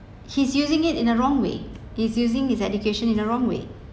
he's using it in a wrong way he's using his education in a wrong way